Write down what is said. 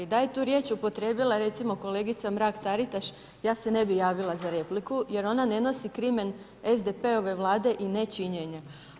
Da je tu riječ upotrijebila recimo kolegica Mrak-Taritaš ja se ne bi javila za repliku jer ona ne nosi krimen SDP-ove Vlade i ne činjenja.